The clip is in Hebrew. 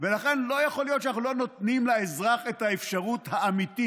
ולכן לא יכול להיות שאנחנו לא נותנים לאזרח את האפשרות האמיתית